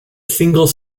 single